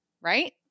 Right